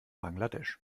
bangladesch